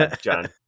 John